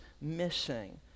missing